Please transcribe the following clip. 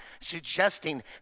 suggesting